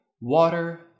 water